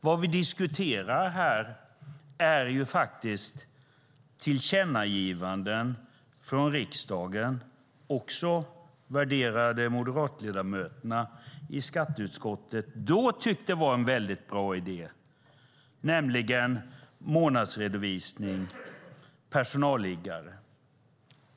Vad vi diskuterar här är tillkännagivanden från riksdagen, också från de värderade moderatledamöterna i skatteutskottet, som då tyckte att det var en mycket bra idé med månadsredovisning och personalliggare.